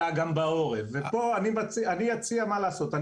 אלא גם בעורף, ופה אני אציע מה לעשות.